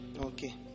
Okay